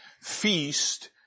feast